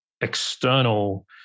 external